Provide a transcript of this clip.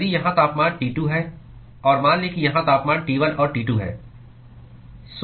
यदि यहां तापमान T 2 है और मान लें कि यहां तापमान T 1 और T 2 है